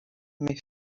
mais